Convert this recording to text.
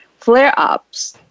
flare-ups